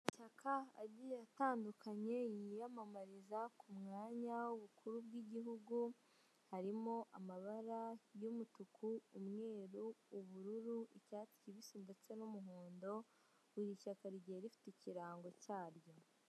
Amashyaka agiye atandukanye yiyamamariza ku mwanya w'ubukuru bw'igihugu, harimo amabara y'umutuku, umweru, ubururu, icyatsi kibisi ndetse n'umuhondo, buri ishyaka rigiye rifite ikirango cyaryo.